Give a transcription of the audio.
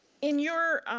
in your